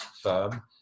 firm